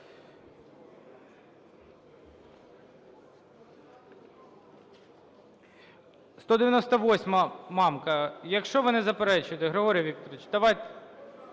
198-а, Мамка. Якщо ви не заперечуєте, Григорій Миколайович, давайте…